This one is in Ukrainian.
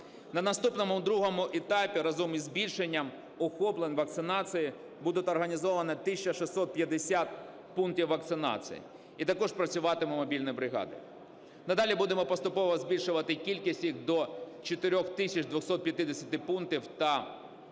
На наступному другому етапі разом із збільшенням охоплення вакцинацією буде організовано 1 тисяча 650 пунктів вакцинації, і також працюватимуть мобільні бригади. Надалі будемо поступово збільшувати кількість їх до 4 тисяч 250 пунктів та близько